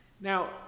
Now